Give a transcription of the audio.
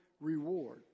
reward